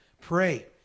pray